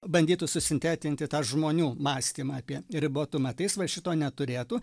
bandytų susintetinti tą žmonių mąstymą apie ribotumą tai jis va šito neturėtų